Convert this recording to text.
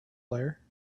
there